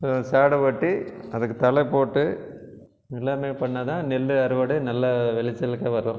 சேடை ஓட்டி அதுக்கு தலை போட்டு எல்லாமே பண்ணால் தான் நெல் அறுவடை நல்ல விளைச்சலுக்கு வரும்